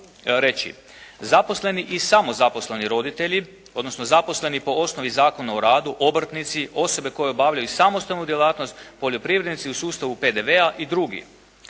zaposleni i samo zaposleni roditelji odnosno zaposleni po osnovi Zakona o radu, obrtnici, osobe koje obavljaju samostalnu djelatnost, poljoprivrednici u sustavu PDV-a i drugi.